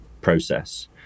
process